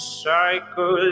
cycle